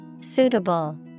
Suitable